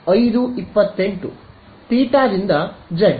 theta ದಿಂದ Z